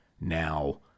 now